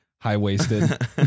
high-waisted